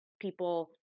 people